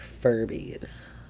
Furbies